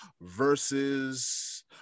versus